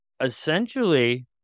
essentially